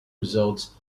results